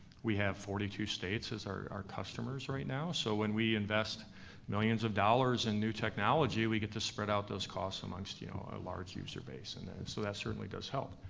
we have forty two states as our customers right now, so when we invest millions of dollars in new technology we get to spread out those costs amongst you know large user base. and and so that certainly does help.